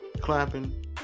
clapping